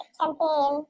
campaign